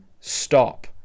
stop